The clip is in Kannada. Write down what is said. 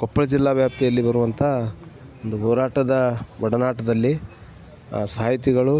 ಕೊಪ್ಪಳ ಜಿಲ್ಲಾ ವ್ಯಾಪ್ತಿಯಲ್ಲಿ ಬರುವಂಥ ಒಂದು ಹೋರಾಟದ ಒಡನಾಟದಲ್ಲಿ ಸಾಹಿತಿಗಳು